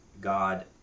God